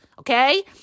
Okay